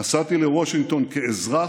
נסעתי לוושינגטון כאזרח,